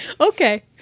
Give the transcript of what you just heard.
Okay